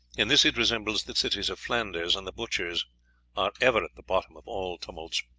in this it resembles the cities of flanders, and the butchers are ever at the bottom of all tumults.